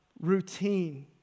routine